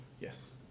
yes